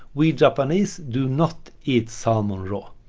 we japanese do not eat salmon raw.